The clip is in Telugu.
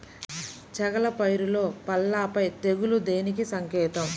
చేగల పైరులో పల్లాపై తెగులు దేనికి సంకేతం?